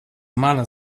mana